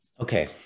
Okay